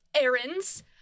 errands